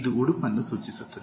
ಇದು ಉಡುಪನ್ನು ಸೂಚಿಸುತ್ತದೆ